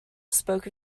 spoke